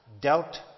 dealt